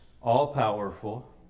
all-powerful